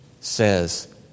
says